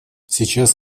сейчас